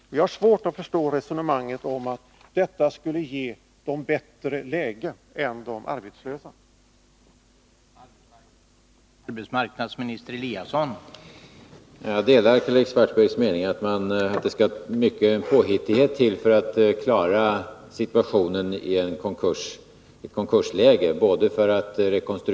Jag har svårt att förstå resonemanget att detta skulle ge dessa människor ett bättre läge än det de arbetslösa har.